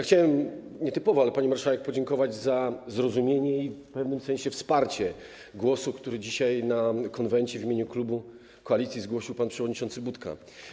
Chciałbym nietypowo, pani marszałek, podziękować za zrozumienie i w pewnym sensie wsparcie głosu, który dzisiaj na posiedzeniu Konwentu w imieniu klubu Koalicji zgłosił pan przewodniczący Budka.